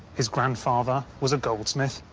his grandfather was a goldsmith.